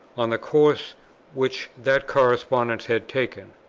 on the course which that correspondence had taken.